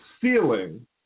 ceiling